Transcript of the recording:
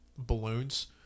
Balloons